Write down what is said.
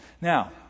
Now